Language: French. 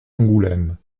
angoulême